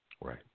Right